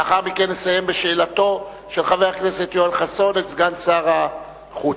לאחר מכן נסיים בשאלתו של חבר הכנסת יואל חסון לסגן שר החוץ.